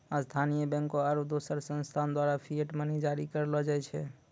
स्थानीय बैंकों आरू दोसर संस्थान द्वारा फिएट मनी जारी करलो जाय छै